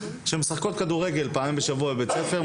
שמשחקות כדורגל פעם בשבוע בבית ספר.